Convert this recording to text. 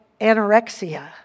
anorexia